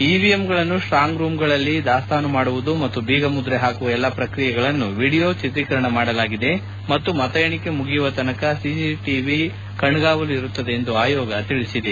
ಇವಿಎಂಗಳನ್ನು ಸ್ವಾಂಗ್ ರೂಗಳಲ್ಲಿ ದಾಸ್ತಾನು ಮಾಡುವುದು ಮತ್ತು ಬೀಗಮುದ್ರೆ ಹಾಕುವ ಎಲ್ಲಾ ಪ್ರಕ್ರಿಯೆಗಳನ್ನು ವಿಡಿಯೋ ಚಿತ್ರೀಕರಣ ಮಾಡಲಾಗಿದೆ ಮತ್ತು ಮತಎಣಿಕೆ ಮುಗಿಯುವ ತನಕ ಸಿಸಿಟಿವಿ ಕಣ್ಸಾವಲು ಇರುತ್ತದೆ ಎಂದು ಆಯೋಗ ಹೇಳಿದೆ